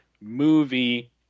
movie